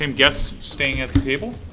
um guests staying at the table,